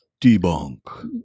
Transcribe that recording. debunk